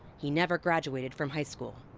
he never graduated from high school.